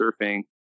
Surfing